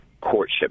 courtship